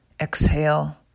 exhale